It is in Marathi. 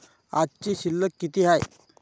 आजची शिल्लक किती हाय?